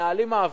מנהלים מאבקים,